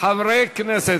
חברי הכנסת.